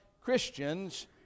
Christians